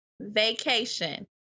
vacation